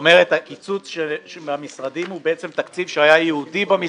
הוא לא ירצה לבוא.